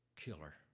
killer